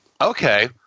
okay